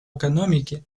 экономики